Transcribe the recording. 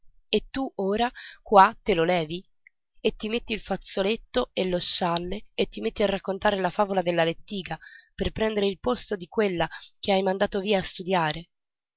e tu ora qua te lo levi e ti metti il fazzoletto e lo scialle e ti metti a raccontare la favola della lettiga per prendere il posto di quella che hai mandato via a studiare